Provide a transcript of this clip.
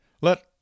let